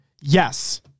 yes